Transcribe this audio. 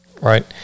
right